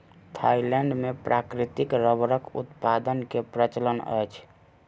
Thailand मे प्राकृतिक रबड़क उत्पादन के प्रचलन अछि